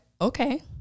okay